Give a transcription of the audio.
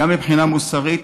גם מבחינה מוסרית